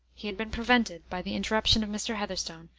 he had been prevented, by the interruption of mr. heatherstone,